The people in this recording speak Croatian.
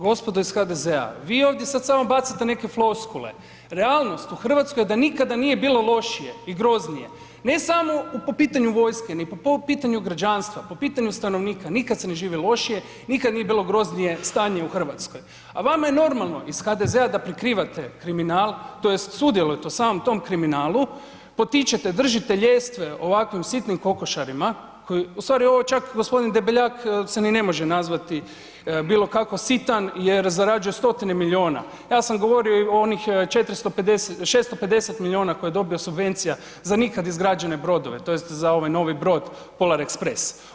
Gospodo iz HDZ-a, vi ovdje sad samo bacate neke floskule, realnost u Hrvatskoj je da nikada nije bilo lošije i groznije, ne samo po pitanju vojske, ni po pitanju građanstva po pitanju stanovnika, nikad se ne živi lošije, nikad nije bilo groznije stanje u RH, a vama je normalno iz HDZ-a da prikrivate kriminal tj. sudjelujete u samom tom kriminalu, potičete, držite ljestve ovakvim sitnim kokošarima koji, u stvari ovo je čak g. Debeljak se ni ne može nazvati bilo kako sitan jer zarađuje stotine milijuna, ja sam govorio i onih 650 milijuna koje je dobio subvencija za nikad izgrađene brodove tj. za ovaj novi brod Polar express.